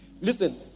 listen